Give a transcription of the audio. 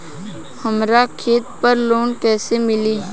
हमरा खेत पर लोन कैसे मिली?